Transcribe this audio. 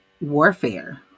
warfare